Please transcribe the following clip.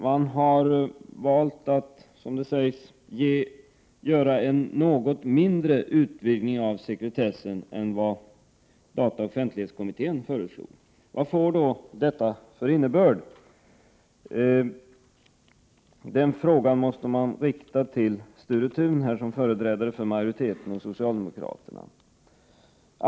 Man har valt att, som det sägs, göra en något mindre utvidgning av sekretessen än vad dataoch offentlighetskommittén föreslog. Vad innebär då detta? Den frågan måste man rikta till Sture Thun i hans egenskap av företrädare för majoriteten och socialdemokraterna.